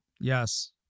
Yes